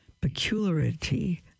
peculiarity